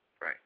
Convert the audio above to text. Right